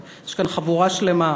יש כאן חבורה שלמה.